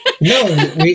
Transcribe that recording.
no